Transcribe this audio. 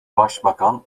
başbakan